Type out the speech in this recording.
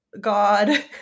God